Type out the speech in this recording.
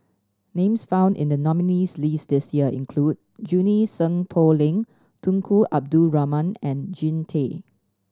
names found in the nominees' list this year include Junie Sng Poh Leng Tunku Abdul Rahman and Jean Tay